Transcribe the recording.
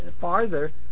farther